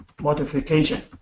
modification